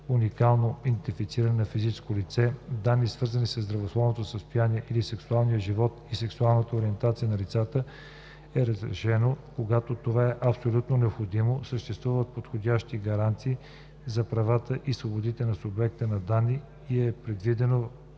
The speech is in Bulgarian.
уникално идентифициране на физическото лице, данни, свързани със здравословното състояние или сексуалния живот и сексуалната ориентация на лицето, е разрешено, когато това е абсолютно необходимо, съществуват подходящи гаранции за правата и свободите на субекта на данни и е предвидено